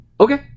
Okay